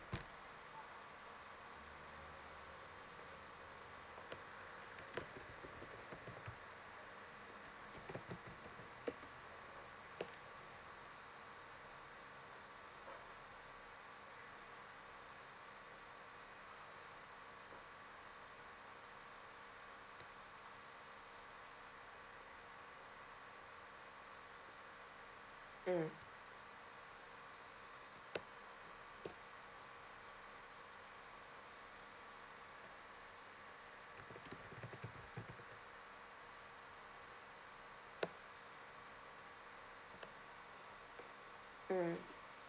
mm mm